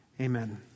amen